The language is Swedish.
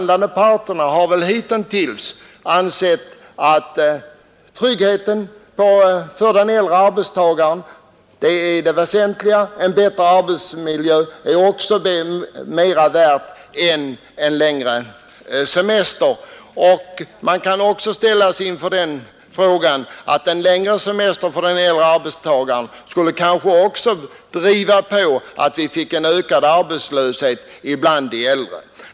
De har väl hittills ansett att tryggheten är det väsentliga för den äldre arbetstagaren; en bättre arbetsmiljö är också mera värd än en längre semester. Man kan också ställas inför problemet att en längre semester för den äldre arbetstagaren kanske skulle driva fram en ökad arbetslöshet bland de äldre.